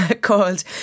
called